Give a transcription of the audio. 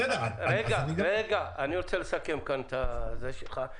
אני רוצה לסכם את דבריך.